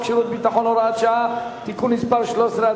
שירות ביטחון (הוראת שעה) (תיקון מס' 13),